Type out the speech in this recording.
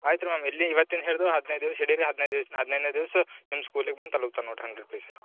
ಆಯ್ತು ರೀ ಮ್ಯಾಮ್ ಇಲ್ಲಿ ಇವತ್ತಿನ ಹಿಡಿದು ಹದಿನೈದು ದಿವ್ಸ ಹಿಡೀರಿ ಹದಿನೈದುದ ದಿವ್ಸ ಹದಿನೈದನೇ ದಿವ್ಸ ನಿಮ್ಮ ಸ್ಕೂಲಿಗೆ ಬಂದು ತಲುಪ್ತದೆ ನೋಡಿರಿ ಹಂಡ್ರೆಡ್ ಪೀಸ್